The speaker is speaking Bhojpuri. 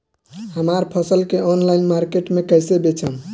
हमार फसल के ऑनलाइन मार्केट मे कैसे बेचम?